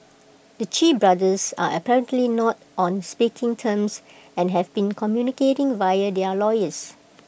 the Chee brothers are apparently not on speaking terms and have been communicating via their lawyers